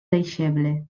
deixeble